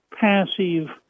passive